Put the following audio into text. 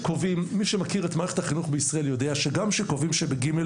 מי שמכיר את מערכת החינוך בישראל יודע שגם כשקובעים שב-ג'